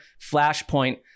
flashpoint